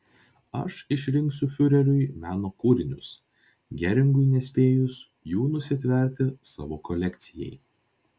aš išrinksiu fiureriui meno kūrinius geringui nespėjus jų nusitverti savo kolekcijai